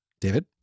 David